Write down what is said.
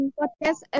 podcast